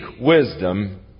wisdom